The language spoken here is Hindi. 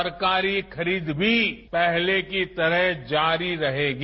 सरकारी खरीद भी पहले की तरह जारी रहेगी